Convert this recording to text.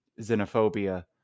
xenophobia